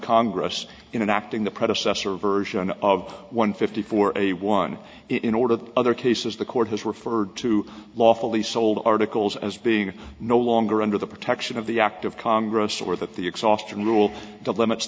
congress in an acting the predecessor version of one fifty for a one in order the other cases the court has referred to lawfully sold articles as being no longer under the protection of the act of congress or that the exhaustion rule that limits